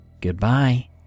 goodbye